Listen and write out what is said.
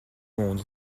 monde